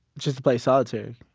just to play solitary.